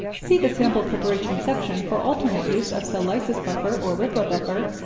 see the sample preparation section for alternate use of cell lysis buffer, or ripa buffer,